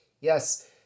Yes